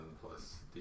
plus